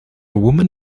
woman